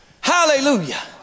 Hallelujah